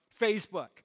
Facebook